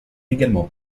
également